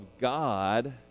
God